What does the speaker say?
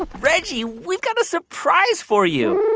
ah reggie, we've got a surprise for you